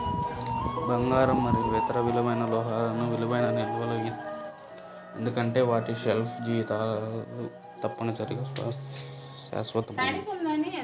బంగారం మరియు ఇతర విలువైన లోహాలు విలువైన నిల్వలు ఎందుకంటే వాటి షెల్ఫ్ జీవితాలు తప్పనిసరిగా శాశ్వతమైనవి